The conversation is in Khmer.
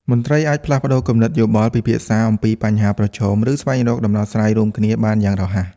មន្ត្រីអាចផ្លាស់ប្តូរគំនិតយោបល់ ពិភាក្សាអំពីបញ្ហាប្រឈម និងស្វែងរកដំណោះស្រាយរួមគ្នាបានយ៉ាងរហ័ស។